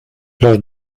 los